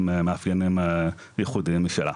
עם מאפיינים ייחודיים משלה.